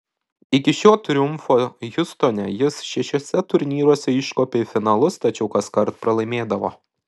iki šio triumfo hjustone jis šešiuose turnyruose iškopė į finalus tačiau kaskart pralaimėdavo